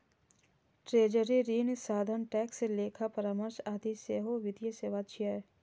treasury, ऋण साधन, tax, लेखा परामर्श आदि सेहो वित्तीय सेवा छियै